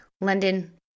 London